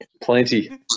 Plenty